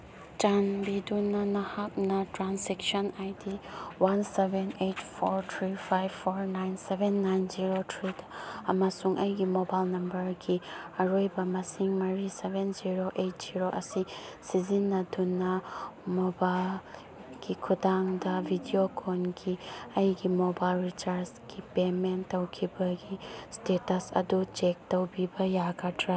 ꯆꯥꯟꯕꯤꯗꯨꯅ ꯅꯍꯥꯛꯅ transaction I D one seven eight four three five four nine seven nine zero ꯊ꯭ꯔꯤꯗ ꯑꯃꯁꯨꯡ ꯑꯩꯒꯤ ꯃꯣꯕꯥꯏꯜ ꯅꯝꯕꯔꯒꯤ ꯑꯔꯣꯏꯕ ꯃꯁꯤꯡ ꯃꯔꯤ ꯁꯕꯦꯟ ꯖꯦꯔꯣ ꯑꯩꯠ ꯖꯦꯔꯣ ꯑꯁꯤ ꯁꯤꯖꯤꯟꯅꯗꯨꯅ ꯃꯣꯕꯥꯏꯜꯒꯤ ꯈꯨꯠꯊꯥꯡꯗ ꯕꯤꯗꯤꯑꯣ ꯀꯣꯜꯒꯤ ꯑꯩꯒꯤ ꯃꯣꯕꯥꯏꯜ ꯔꯤꯆꯥꯔꯖꯀꯤ ꯄꯦꯃꯦꯟ ꯇꯧꯈꯤꯕꯒꯤ ꯏꯁꯇꯦꯇꯁ ꯑꯗꯨ ꯆꯦꯛ ꯇꯧꯕꯤꯕ ꯌꯥꯒꯗ꯭ꯔꯥ